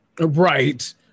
Right